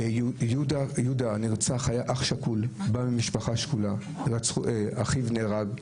יהודה הוא אח שכול שאחיו נהרג.